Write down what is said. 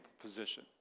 position